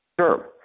Sure